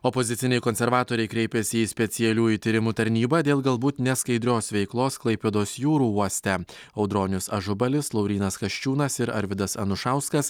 opoziciniai konservatoriai kreipėsi į specialiųjų tyrimų tarnybą dėl galbūt neskaidrios veiklos klaipėdos jūrų uoste audronius ažubalis laurynas kasčiūnas ir arvydas anušauskas